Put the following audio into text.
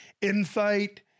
insight